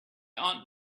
aunt